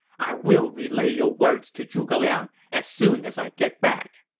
i will relay your words to zhuge liang as soon as i get back.